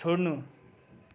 छोड्नु